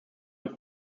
den